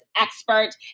expert